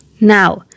Now